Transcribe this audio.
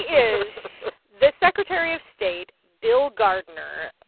is the secretary of state bill gardner.